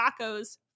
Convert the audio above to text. tacos